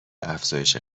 افزایش